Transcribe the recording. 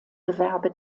gewerbe